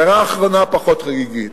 והערה אחרונה, פחות חגיגית.